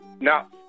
now